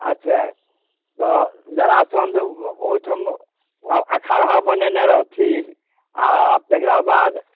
अच्छा तऽ जरासन्ध ओहिठाम अखाढ़ा बनेने रहथिन आ तेकरा बाद